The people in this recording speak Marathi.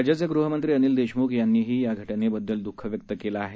राज्याचे ग्रहमंत्री अनिल देशमुख यांनीही या घटनेबददल द्रःख व्यक्त केलं आहे